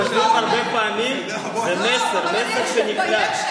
תקשיבו, חבר'ה, שכל אחד יגיד משהו מקורי.